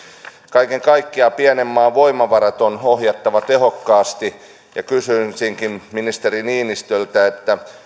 kaiken kaikkiaan pienen maan voimavarat on ohjattava tehokkaasti kysyisinkin ministeri niinistöltä